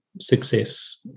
success